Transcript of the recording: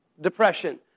Depression